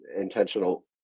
intentional